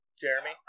Jeremy